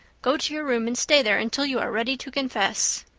go to your room and stay there until you are ready to confess.